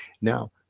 Now